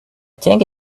think